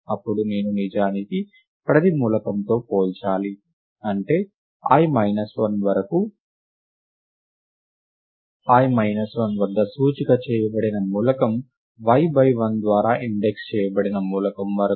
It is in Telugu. అప్పుడు నేను నిజానికి ప్రతి మూలకంతో పోల్చాలి అంటే i మైనస్ 1 వరకు i మైనస్ 1 వద్ద సూచిక చేయబడిన మూలకం y బై 1 ద్వారా ఇండెక్స్ చేయబడిన మూలకం వరకు